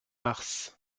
mars